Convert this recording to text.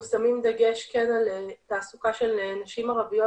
אנחנו שמים דגש על תעסוקה של נשים ערביות